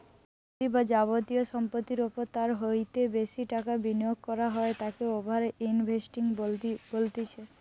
যদি যাবতীয় সম্পত্তির ওপর তার হইতে বেশি টাকা বিনিয়োগ করা হয় তাকে ওভার ইনভেস্টিং বলতিছে